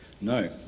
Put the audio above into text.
no